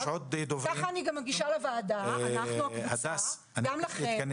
כך אני גם מגישה לוועדה וגם לכם.